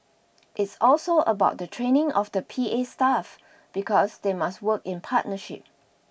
it's also about the training of the P A staff because they must work in partnership